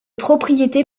propriété